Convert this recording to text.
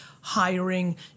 hiring